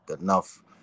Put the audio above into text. enough